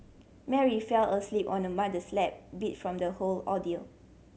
Mary fell asleep on her mother's lap beat from the whole ordeal